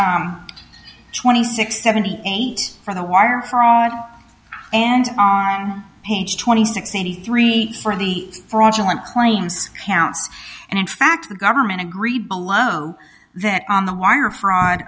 page twenty six seventy eight for the wire fraud and on page twenty six eighty three for the fraudulent claims counts and in fact the government agree below that on the wire fraud